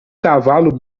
cavalo